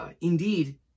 indeed